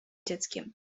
dzieckiem